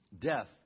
death